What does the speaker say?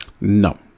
No